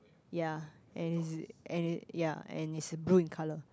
ya and it's and it ya and it's blue in colour